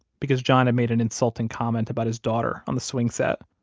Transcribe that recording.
because john had made an insulting comment about his daughter on the swing set.